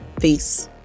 Peace